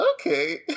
okay